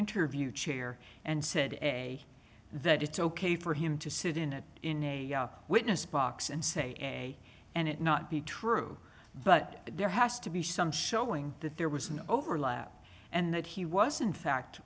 interview chair and said that it's ok for him to sit in a witness box and say and it not be true but there has to be some showing that there was an overlap and that he was in fact